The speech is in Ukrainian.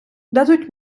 дадуть